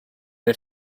had